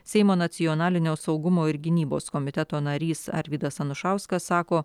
seimo nacionalinio saugumo ir gynybos komiteto narys arvydas anušauskas sako